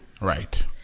Right